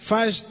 Faz